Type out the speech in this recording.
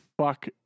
fuck